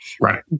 Right